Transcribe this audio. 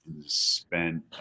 spent